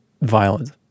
violent